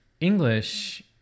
english